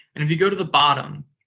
and if you go to the bottom,